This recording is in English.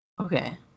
Okay